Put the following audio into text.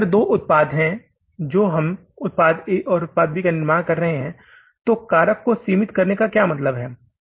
तो अगर दो उत्पाद हैं जो हम उत्पाद ए और उत्पाद बी का निर्माण कर रहे हैं तो कारक को सीमित करने का क्या मतलब है